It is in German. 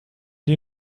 dir